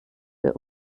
für